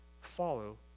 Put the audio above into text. follow